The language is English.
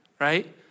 right